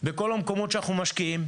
בכל המקומות שאנחנו משקיעים,